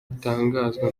bitangazwa